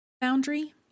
boundary